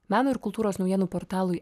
meno ir kultūros naujienų portalui